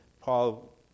Paul